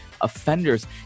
offenders